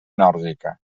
nòrdica